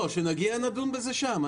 לא, כשנגיע נדון בזה שם.